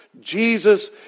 Jesus